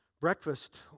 breakfast